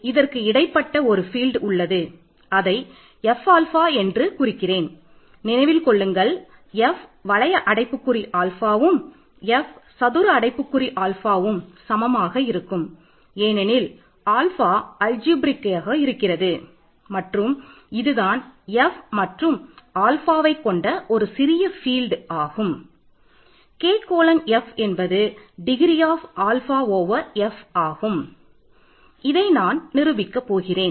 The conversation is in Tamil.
இதை நான் நிரூபிக்கப் போகிறேன்